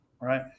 Right